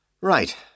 Right